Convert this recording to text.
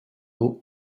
eau